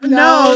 no